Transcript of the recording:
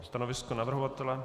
Stanovisko navrhovatele?